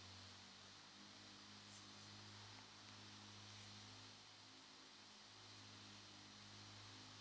mm mm